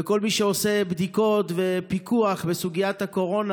ולכל מי שעושה בדיקות ופיקוח בסוגיית הקורונה.